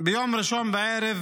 ביום ראשון בערב